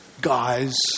guys